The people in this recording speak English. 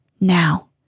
Now